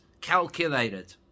calculated